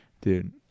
dude